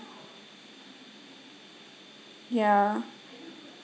ya